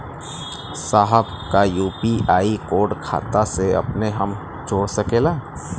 साहब का UPI code खाता से अपने हम जोड़ सकेला?